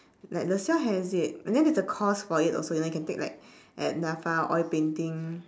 like laselle has it and then there's a course for it also then you can take at NAFA like oil painting